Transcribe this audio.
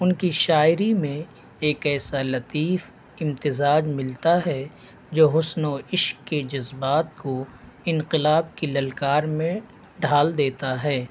ان کی شاعری میں ایک ایسا لطیف امتزاج ملتا ہے جو حسن و عشق کی جذبات کو انقلاب کی للکار میں ڈھال دیتا ہے